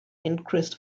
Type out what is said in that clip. increased